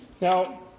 Now